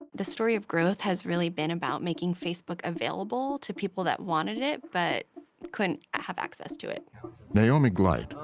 the story of growth has really been about making facebook available to people that wanted it it but couldn't have access to it. narrator naomi gleit,